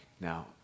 Now